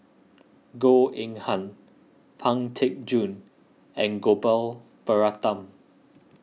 Goh Eng Han Pang Teck Joon and Gopal Baratham